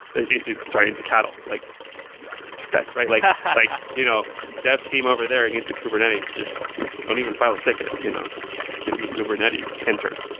ah into sorry. into cattle, like the opposite of pets, like ah like you know dev team over there needs a kubernetes. just don't even file a ticket. you know yeah give me kubernetes, enter.